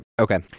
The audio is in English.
Okay